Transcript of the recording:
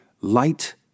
Light